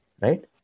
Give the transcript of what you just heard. right